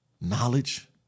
knowledge